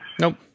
Nope